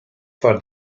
for